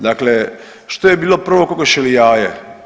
Dakle, što je bilo prvo kokoš ili jaje?